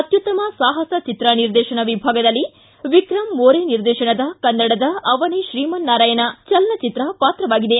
ಅತ್ಯುತ್ತಮ ಸಾಹಸ ಚಿತ್ರ ನಿರ್ದೇತನ ವಿಭಾಗದಲ್ಲಿ ವಿಕ್ರಮ ಮೋರೆ ನಿರ್ದೇತನದ ಕನ್ನಡದ ಅವನೇ ಶ್ರೀಮನ್ನಾರಾಯಣ ಚಲನಚಿತ್ರ ಪಾತ್ರವಾಗಿದೆ